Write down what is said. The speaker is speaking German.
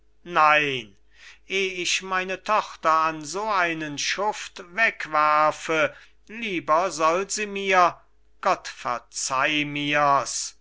hätte nein eh ich meine tochter an so einen schuft wegwerfe lieber soll sie mir gott verzeih mirs frau